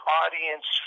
audience